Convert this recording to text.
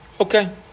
Okay